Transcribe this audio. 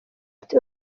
ati